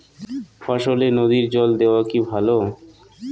ফসলে নদীর জল দেওয়া কি ভাল?